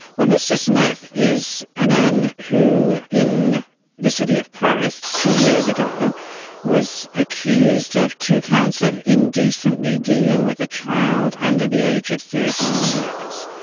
but mr smith is a man who in the city of perth two years ago was accused of two counts of indecently dealing with a child under the age of thirteen years.